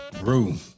Room